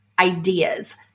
ideas